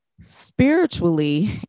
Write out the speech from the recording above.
spiritually